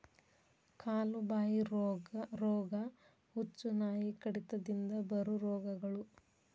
ಕಾಲು ಬಾಯಿ ರೋಗಾ, ಹುಚ್ಚುನಾಯಿ ಕಡಿತದಿಂದ ಬರು ರೋಗಗಳು